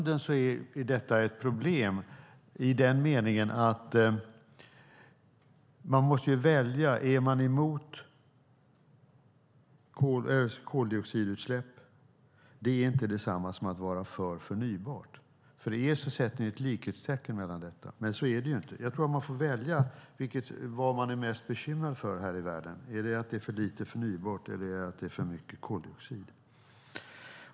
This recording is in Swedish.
Det är ett problem, för man måste välja. Att vara emot koldioxidutsläpp är inte detsamma som att vara för förnybart, men Miljöpartiet sätter ett likhetstecken mellan detta. Man får nog välja vad man är mest bekymrad för här i världen. Är det att det är för lite förnybart, eller är det att det är för mycket koldioxid?